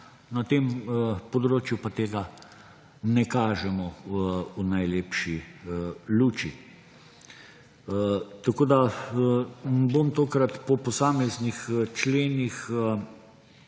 na tem področju pa tega ne kažemo v najlepši luči. Tokrat ne bom o posameznih členih